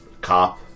Cop